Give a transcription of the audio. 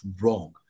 wrong